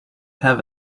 have